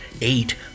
Eight